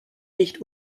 nicht